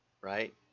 right